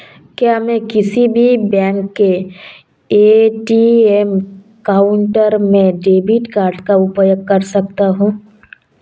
क्या मैं किसी भी बैंक के ए.टी.एम काउंटर में डेबिट कार्ड का उपयोग कर सकता हूं?